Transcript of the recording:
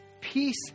peace